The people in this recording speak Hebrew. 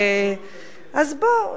אז בוא,